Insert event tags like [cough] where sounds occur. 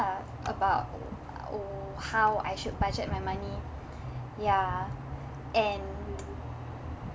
about [noise] how I should budget my money ya and